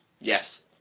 Yes